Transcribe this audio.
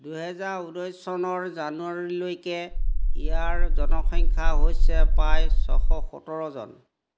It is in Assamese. দুহেজাৰ ঊনৈছ চনৰ জানুৱাৰীলৈকে ইয়াৰ জনসংখ্যা হৈছে প্ৰায় ছশ সোতৰ জন